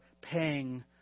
paying